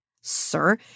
sir